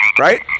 Right